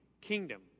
kingdom